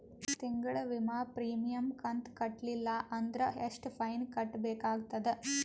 ತಿಂಗಳ ವಿಮಾ ಪ್ರೀಮಿಯಂ ಕಂತ ಕಟ್ಟಲಿಲ್ಲ ಅಂದ್ರ ಎಷ್ಟ ಫೈನ ಕಟ್ಟಬೇಕಾಗತದ?